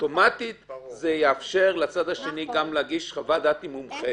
אוטומטית זה יאפשר גם לצד השני להגיש חוות דעת עם מומחה.